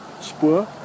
Spur